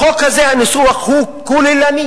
בחוק הזה הניסוח הוא כוללני.